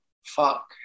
fuck